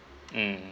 mm